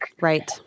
Right